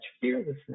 fearlessness